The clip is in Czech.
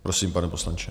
Prosím, pane poslanče.